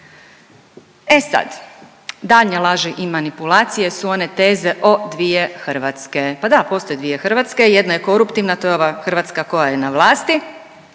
E sad, daljnje laži i manipulacije su one teze o dvije Hrvatske. Pa da postoji dvije Hrvatske, jedna je koruptivna, to je ova Hrvatska koja je na vlasti